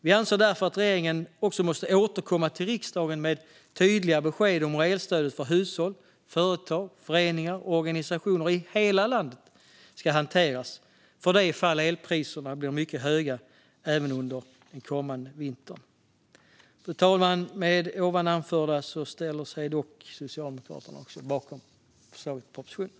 Vi anser därför att regeringen måste återkomma till riksdagen med tydliga besked om hur elstödet för hushåll, företag, föreningar och organisationer i hela landet ska hanteras om elpriserna blir mycket höga även under den kommande vintern. Med det som jag nu anfört ställer vi från Socialdemokraterna oss dock bakom förslaget i propositionen.